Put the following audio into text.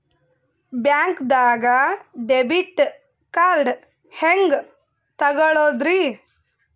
ಬ್ಯಾಂಕ್ದಾಗ debit card ಹೆಂಗ್ ತಗೊಳದ್ರಿ?